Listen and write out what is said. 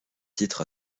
titre